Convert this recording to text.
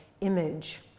image